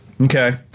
okay